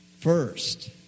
first